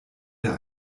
der